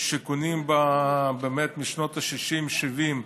שיכונים משנות ה-60 וה-70,